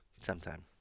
sometime